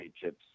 chips